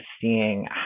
seeing